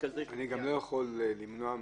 מרכזים של גמלאים,